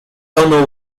ono